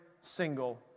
single